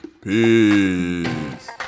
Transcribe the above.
Peace